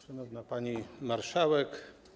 Szanowna Pani Marszałek!